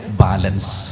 balance